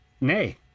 Nay